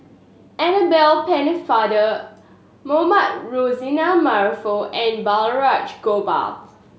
Annabel Pennefather Mohamed Rozani Maarof and Balraj Gopal